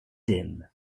din